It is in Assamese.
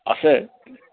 আছে